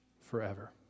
forever